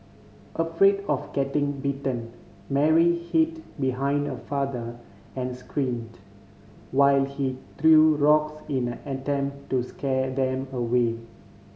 afraid of getting bitten Mary hid behind her father and screamed while he threw rocks in an attempt to scare them away